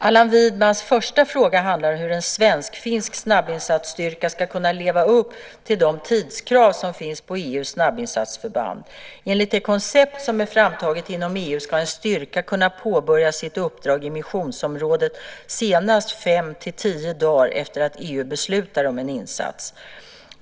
Allan Widmans första fråga handlar om hur en svensk-finsk snabbinsatsstyrka ska kunna leva upp till de tidskrav som finns på EU:s snabbinsatsförband. Enligt det koncept som är framtaget inom EU ska en styrka kunna påbörja sitt uppdrag i missionsområdet senast fem-tio dagar efter att EU beslutar om en insats.